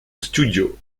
studio